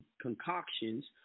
concoctions